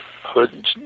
Hood